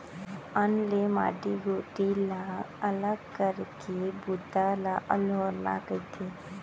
अन्न ले माटी गोटी ला अलग करे के बूता ल अल्होरना कथें